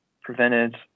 prevented